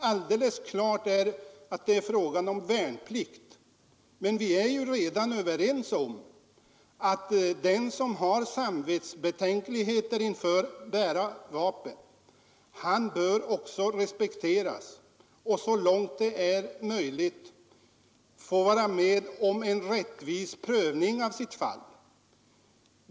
Alldeles klart är att det är fråga om värnplikt, men vi är redan överens om att den som har samvetsbetänkligheter inför att bära vapen också bör respekteras och så långt det är möjligt få vara med om en rättvis prövning av sitt fall.